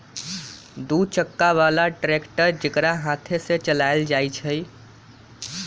दू चक्का बला ट्रैक्टर जेकरा हाथे से चलायल जाइ छइ